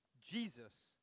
Jesus